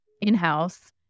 in-house